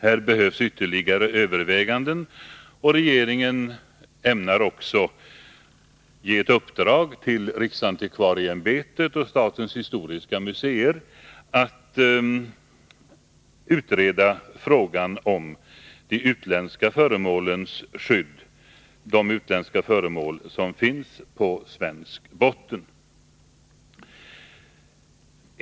Här behövs ytterligare överväganden, och regeringen ämnar ge ett uppdrag till riksantikvarieämbetet och statens historiska museer att utreda frågan om skydd för de utländska föremål som finns på svensk botten.